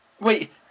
Wait